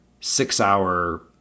six-hour